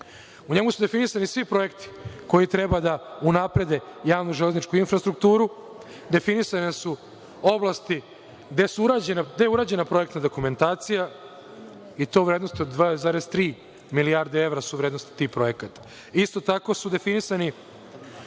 U njemu su definisani svi projekti koji treba da unaprede javnu železničku infrastrukturu, definisane su oblasti gde je urađena projektna dokumentacija i to u vrednosti od 2,3 milijarde evra kolika je vrednost tih projekata. Isto tako su definisani